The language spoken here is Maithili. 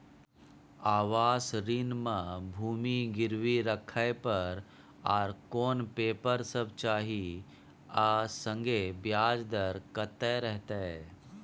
आवास ऋण म भूमि गिरवी राखै पर आर कोन पेपर सब चाही आ संगे ब्याज दर कत्ते रहते?